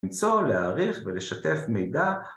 ‫למצוא, להעריך ולשתף מידע.